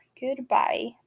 Goodbye